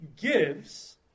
gives